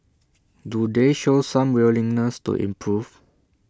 do they show some willingness to improve